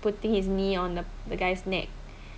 putting his knee on the the guy's neck